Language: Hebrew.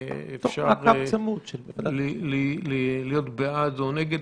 אפשר להיות בעד או נגד,